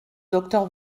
docteur